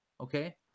Okay